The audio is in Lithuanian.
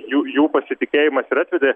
jų jų pasitikėjimas ir atvedė